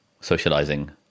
socializing